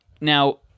Now